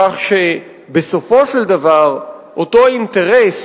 כך שבסופו של דבר אותו אינטרס